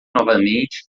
novamente